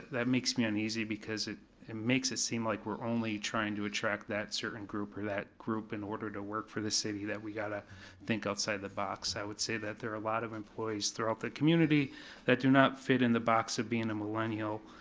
that makes me uneasy, because it it makes it seem like we're only trying to attract that certain group or that group in order to work for the city, that we gotta think outside the box. i would say that there are a lot of employees throughout the community that do not fit in the box of being a millennial.